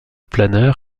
planeur